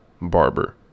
barber